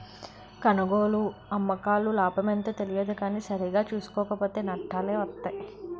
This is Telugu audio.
కొనుగోలు, అమ్మకాల్లో లాభమెంతో తెలియదు కానీ సరిగా సూసుకోక పోతో నట్టాలే వొత్తయ్